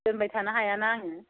दोनबाय थानो हायाना आङो